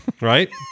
Right